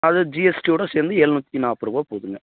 அது ஜிஎஸ்டியோடு சேர்ந்து ஏழ்நூத்தி நாற்பது ருபாய் போகுதுங்க